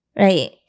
right